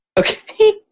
Okay